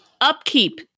Upkeep